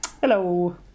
Hello